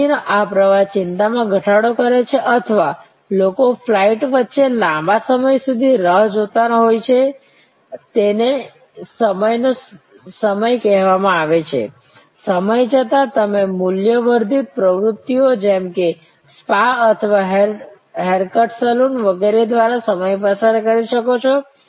માહિતીનો આ પ્રવાહ ચિંતામાં ઘટાડો કરે છે અથવા લોકો ફ્લાઈટ્સ વચ્ચે લાંબા સમય સુધી રાહ જોતા હોયતેને સમયનો સમય કહેવામાં આવે છે સમય જતાં તમે મૂલ્ય વર્ધિત પ્રવૃત્તિઓ જેમ કે સ્પા અથવા હેરકટ સલૂન વગેરે દ્વારા સમય પસાર કરી શકો છો